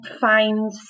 find